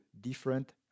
different